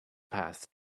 path